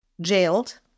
jailed